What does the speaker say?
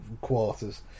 quarters